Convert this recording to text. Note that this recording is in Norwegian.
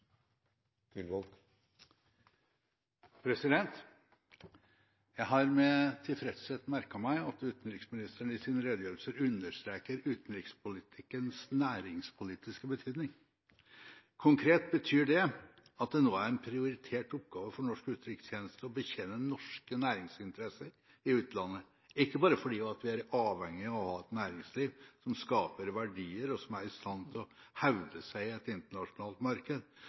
Jeg har med tilfredshet merket meg at utenriksministeren i sin redegjørelse understreker utenrikspolitikkens næringspolitiske betydning. Konkret betyr det at det nå er en prioritert oppgave for norsk utenrikstjeneste å betjene norske næringsinteresser i utlandet, ikke bare fordi vi er helt avhengige av å ha et næringsliv som skaper verdier, og som er i stand til å hevde seg i et internasjonalt marked,